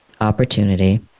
opportunity